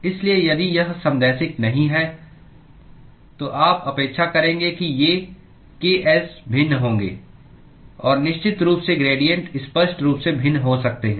इसलिए यदि यह समदैशिक नहीं है तो आप अपेक्षा करेंगे कि ये ks भिन्न होंगे और निश्चित रूप से ग्रेडियेंट स्पष्ट रूप से भिन्न हो सकते हैं